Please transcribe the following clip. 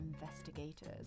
investigators